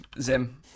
Zim